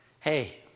hey